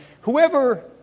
whoever